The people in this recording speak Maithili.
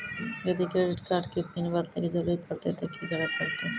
यदि क्रेडिट कार्ड के पिन बदले के जरूरी परतै ते की करे परतै?